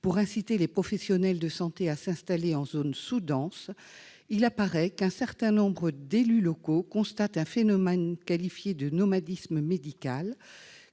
pour inciter les professionnels de santé à s'installer en zone sous-dense, il apparaît qu'un certain nombre d'élus locaux constatent un phénomène qualifié de « nomadisme médical